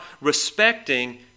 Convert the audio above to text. respecting